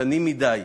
קטנים מדי.